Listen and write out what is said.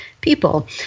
people